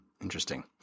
Interesting